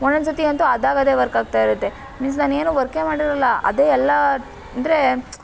ಒಂದೊಂದ್ಸತಿ ಅಂತೂ ಅದಾಗದೇ ವರ್ಕಾಗ್ತಾ ಇರುತ್ತೆ ಮೀನ್ಸ್ ನಾನೇನೂ ವರ್ಕೇ ಮಾಡಿರಲ್ಲ ಅದೇ ಎಲ್ಲ ಅಂದರೆ